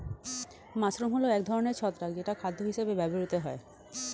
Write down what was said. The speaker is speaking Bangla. মাশরুম হল এক ধরনের ছত্রাক যেটা খাদ্য হিসেবে ব্যবহৃত হয়